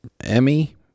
Emmy